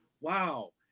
Wow